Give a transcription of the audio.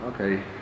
Okay